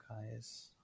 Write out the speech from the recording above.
guys